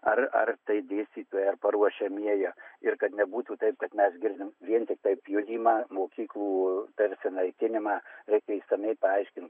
ar ar tai dėstytojai ar paruošiamieji ir kad nebūtų taip kad mes girdim vien tiktai pjudymą mokyklų tarsi naikinimą reikia išsamiai paaiškint